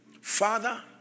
Father